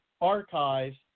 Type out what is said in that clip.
archives